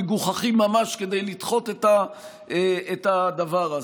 מגוחכים ממש כדי לדחות את הדבר הזה.